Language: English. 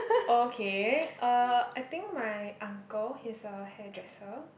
oh okay uh I think my uncle he's a hairdresser